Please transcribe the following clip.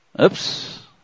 Oops